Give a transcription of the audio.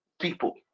people